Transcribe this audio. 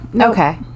Okay